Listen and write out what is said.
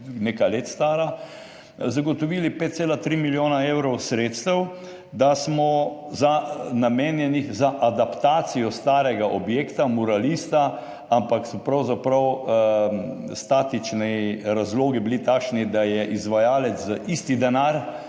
nekaj let stara, zagotovili 5,3 milijona evrov sredstev, namenjenih za adaptacijo starega objekta Muralista, ampak so bili pravzaprav statični razlogi takšni, da je izvajalec za isti denar